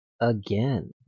again